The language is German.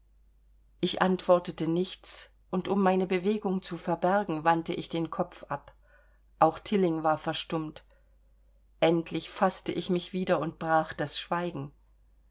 ich antwortete nichts und um meine bewegung zu verbergen wandte ich den kopf ab auch tilling war verstummt endlich faßte ich mich wieder und brach das schweigen